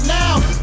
now